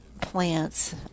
plants